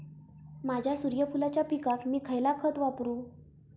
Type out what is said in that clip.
माझ्या सूर्यफुलाच्या पिकाक मी खयला खत वापरू?